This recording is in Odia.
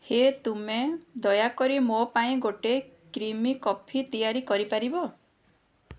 ହେ ତୁମେ ଦୟାକରି ମୋ ପାଇଁ ଗୋଟେ କ୍ରିମି କଫି ତିଆରି କରି ପାରିବ